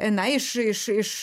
na iš iš iš